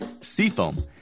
Seafoam